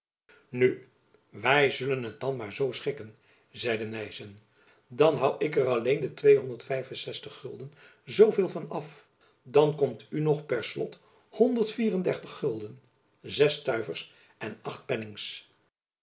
nu wy zullen het dan maar zoo schikken zeide nyssen dan hoû ik er alleen de zooveel van af dan komt u nog per slot vier gulden stuivers en